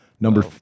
number